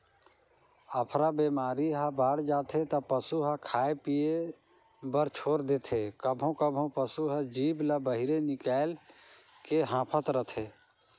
अफरा बेमारी ह बाड़ जाथे त पसू ह खाए पिए बर छोर देथे, कभों कभों पसू हर जीभ ल बहिरे निकायल के हांफत रथे